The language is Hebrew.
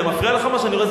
זה מפריע לך מה שאני אומר.